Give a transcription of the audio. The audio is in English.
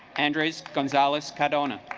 andres gonzales kitana